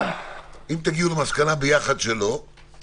אם תגיעו למסקנה ביחד שלא,